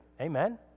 Amen